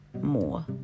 more